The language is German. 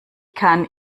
kann